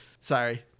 Sorry